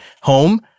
home